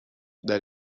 that